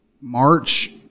March